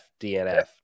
DNF